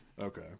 Okay